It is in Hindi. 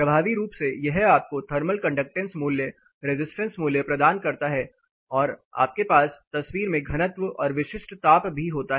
प्रभावी रूप से यह आपको थर्मल कंडक्टेंस मूल्य रेजिस्टेंस मूल्य प्रदान करता है और आपके पास तस्वीर में घनत्व और विशिष्ट ताप भी होता है